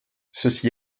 ceci